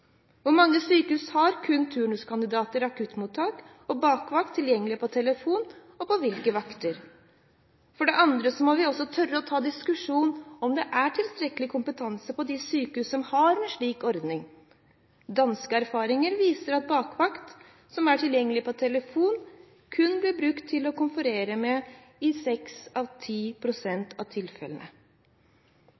Hvor mange sykehus har kun turnuskandidater i akuttmottak og bakvakt tilgjengelig på telefon, og på hvilke vakter? For det andre må vi også tørre å ta diskusjonen om det er tilstrekkelig kompetanse på de sykehusene som har en slik ordning. Erfaringer fra Danmark viser at bakvakt som er tilgjengelig på telefon, kun ble brukt til å konferere med i 6–10 pst. av